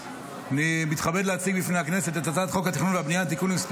אני מתכבד להציג בפני הכנסת את הצעת החוק התכנון והבנייה (תיקון מס'